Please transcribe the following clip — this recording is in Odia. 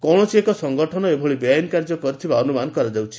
କୌଣସି ଏକ ସଂଗଠନ ଏଭଳି ବେଆଇନ୍ କାର୍ଯ୍ୟ କରିଥିବାର ଅନୁମାନ କରାଯାଉଛି